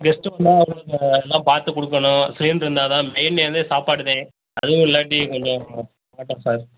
guest வந்தால் அவங்களுக்கு எல்லாம் பார்த்துக் கொடுக்கணும் சிலிண்ட்ரு இருந்தால் தான் மெயினே வந்து சாப்பாடுதான் அதுவும் இல்லாட்டி கொஞ்சம் கஷ்டம் சார்